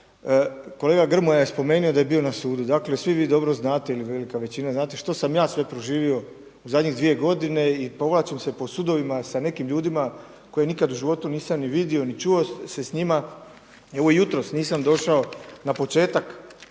Kolega Grmoja je spomenuo da je bio na sudu. Dakle, svi vi dobro znate ili velika većina znate što sam ja sve proživio u zadnjih dvije godine i povlačim se po sudovima sa nekim ljudima koje nikad u životu nisam ni vidio ni čuo se s njima. I evo jutros nisam čuo na početak